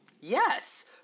yes